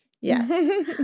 yes